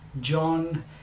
john